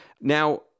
Now